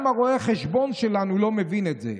גם רואה החשבון שלנו לא מבין את זה.